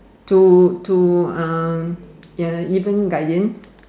to to um get a even guardian